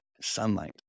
sunlight